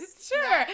Sure